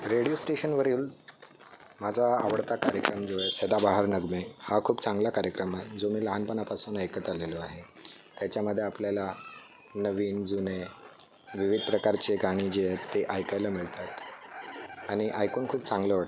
radio स्टेशनवरील माझा आवडता कार्यक्रम जो आहे सदाबहार नगमे हा खूप चांगला कार्यक्रम आहे जो मी लहानपणापासून ऐकत आलेलो आहे त्याच्यामध्ये आपल्याला नवीन जुने विविध प्रकारचे गाणे जे आहेत ते ऐकायला मिळतात आणि ऐकून खूप चांगलं वाटतं